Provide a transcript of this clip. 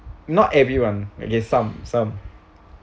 not everyone okay some some